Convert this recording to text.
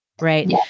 right